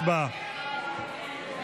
הצבעה.